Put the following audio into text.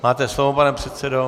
Máte slovo, pane předsedo.